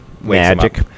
magic